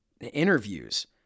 interviews